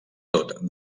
tot